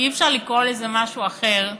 כי אי-אפשר לקרוא לזה משהו אחר,